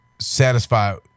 satisfied